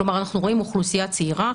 כלומר אנחנו רואים אוכלוסייה צעירה,